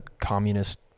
communist